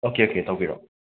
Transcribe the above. ꯑꯀꯣ ꯑꯀꯣ ꯇꯧꯕꯤꯔꯛꯑꯣ